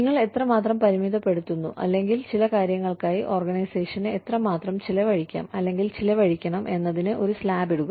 നിങ്ങൾ എത്രമാത്രം പരിമിതപ്പെടുത്തുന്നു അല്ലെങ്കിൽ ചില കാര്യങ്ങൾക്കായി ഓർഗനൈസേഷന് എത്രമാത്രം ചെലവഴിക്കാം അല്ലെങ്കിൽ ചെലവഴിക്കണം എന്നതിന് ഒരു സ്ലാബ് ഇടുക